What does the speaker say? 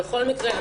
בכל מקרה,